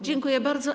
Dziękuję bardzo.